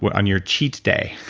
but on your cheat day,